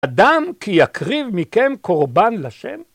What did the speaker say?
‫אדם כי יקריב מכם קורבן לשם?